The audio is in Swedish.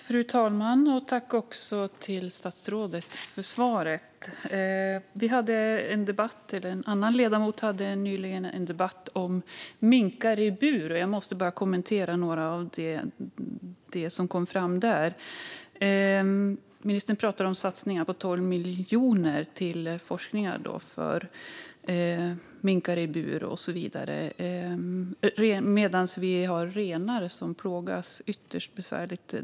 Fru talman! Tack, statsrådet, för svaret! En annan ledamot hade nyss en debatt om minkar i bur. Jag måste bara kommentera något av det som kom fram där. Ministern talar om en satsning på 12 miljoner på forskning om minkar i bur och så vidare. Samtidigt har vi renar som plågas ytterst besvärligt.